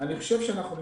אני חושב שאנחנו נצטרך,